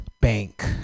Bank